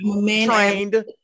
Trained